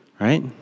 right